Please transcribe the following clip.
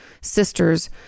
sister's